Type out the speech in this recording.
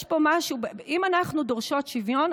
אם אנחנו דורשות שוויון,